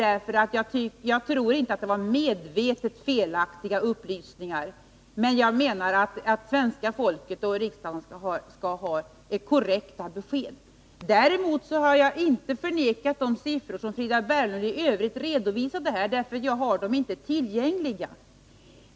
Jag tror dock inte att det var medvetet felaktiga upplysningar, men svenska folket och riksdagen skall få korrekta besked. Däremot har jag inte förnekat de siffror som Frida Berglund i övrigt redovisade. Jag har dem inte tillgängliga.